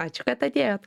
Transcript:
ačiū kad atėjot